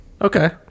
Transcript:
Okay